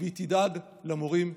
אני רוצה להיות זהיר במילים כי הדברים הם